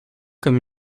comme